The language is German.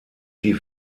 sie